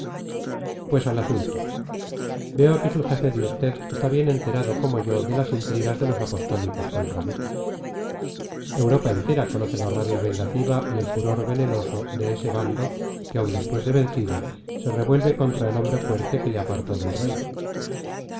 pues al asunto veo que su jefe de usted está bien enterado como yo de las intrigas de los apostólicos contra mí europa entera conoce la rabia vengativa y el furor venenoso de ese bando que aun después de vencido se revuelve contra el hombre fuerte que le apartó del rey